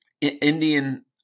Indian